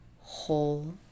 whole